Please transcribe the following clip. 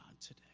today